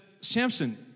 Samson